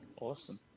Awesome